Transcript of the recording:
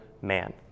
man